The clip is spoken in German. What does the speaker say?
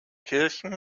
kirchen